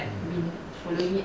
hmm